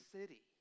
city